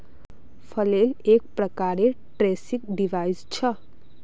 flail एक प्रकारेर threshing device छ